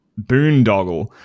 boondoggle